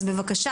אז בבקשה,